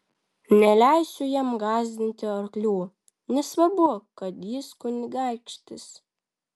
neleisiu jam gąsdinti arklių nesvarbu kad jis kunigaikštis